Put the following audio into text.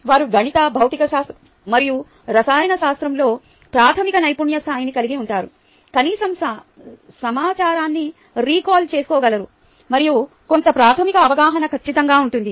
వారు గణిత భౌతిక శాస్త్రం మరియు రసాయన శాస్త్రంలో ప్రాథమిక నైపుణ్య స్థాయిని కలిగి ఉంటారు కనీసం సమాచారాన్ని రికాల్ చేస్కోగలరు మరియు కొంత ప్రాథమిక అవగాహన ఖచ్చితంగా ఉంటుంది